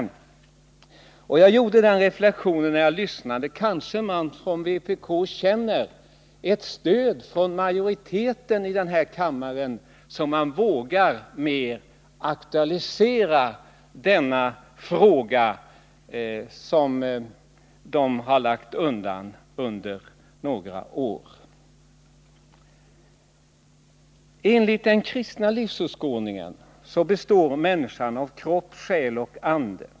När jag lyssnade gjorde jag den reflexionen att man inom vpk numera kanske känner ett stöd från majoriteten i denna kammare så att man vågar mer aktualisera 41 dessa frågor, som man har lagt undan i några år. Enligt den kristna livsåskådningen består människan av kropp, själ och ande.